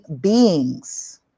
beings